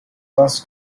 bus